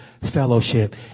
fellowship